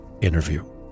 interview